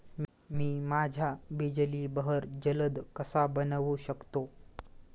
मी माझ्या बिजली बहर जलद कसा बनवू शकतो?